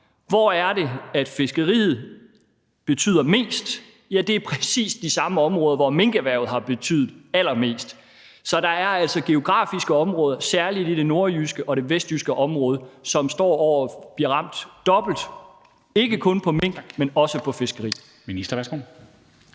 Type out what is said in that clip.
Hvor er det, at fiskeriet betyder mest? Ja, det er i præcis de samme områder, hvor minkerhvervet har betydet allermest. Så der er altså geografiske områder, særlig i det nordjyske og vestjyske område, som står over for at blive ramt dobbelt, ikke kun på mink, men også på fiskeri. Kl.